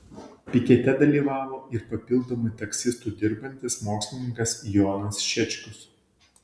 pikete dalyvavo ir papildomai taksistu dirbantis mokslininkas jonas šečkus